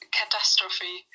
catastrophe